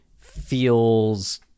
feels